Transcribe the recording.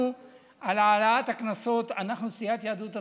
על העלאת הקנסות, אנחנו, סיעת יהדות התורה,